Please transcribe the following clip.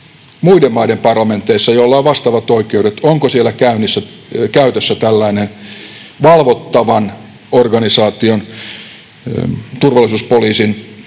muiden maiden parlamenteissa, joilla on vastaavat oikeudet, käytössä tällainen valvottavan organisaation, turvallisuuspoliisin,